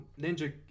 Ninja